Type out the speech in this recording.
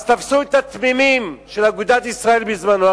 אז תפסו את התמימים של אגודת ישראל בזמנו,